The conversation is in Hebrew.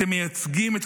לא נעצור עד שנסיים את